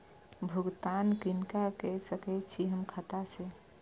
भुगतान किनका के सकै छी हम खाता से?